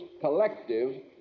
collective